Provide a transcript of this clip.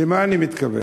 למה אני מתכוון?